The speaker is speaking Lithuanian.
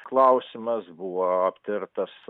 klausimas buvo aptartas